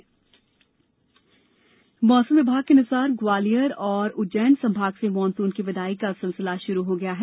मौसम मौसम विभाग के अनुसार ग्वालियर और उज्जैन संभाग से मानसून की विदाई का सिलसिला शुरू हो गया है